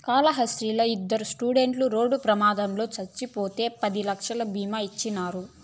కాళహస్తిలా ఇద్దరు స్టూడెంట్లు రోడ్డు ప్రమాదంలో చచ్చిపోతే పది లక్షలు బీమా ఇచ్చినారు